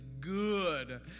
good